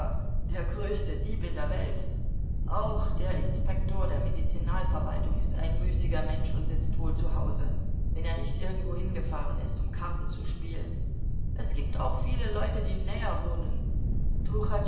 der größte dieb in der welt auch der inspektor der medizinalverwaltung ist ein müßiger mensch und sitzt wohl zu hause wenn er nicht irgendwohin gefahren ist um karten zu spielen es gibt auch viele leute die näher wohnen